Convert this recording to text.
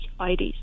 IDs